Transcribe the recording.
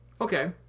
Okay